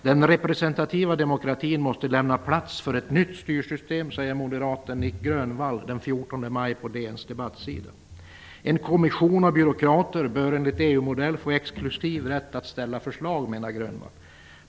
Den representativa demokratin måste lämna plats för ett nytt styrsystem, sade moderaten Nic Grönvall den 14 maj på DN:s debattsida. En kommission av byråkrater bör enligt EU-modell få exklusiv rätt att ställa förslag, menar Grönvall.